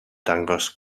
dangos